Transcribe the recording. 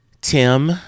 Tim